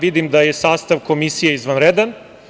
Vidim da je sastav Komisije izvanredan.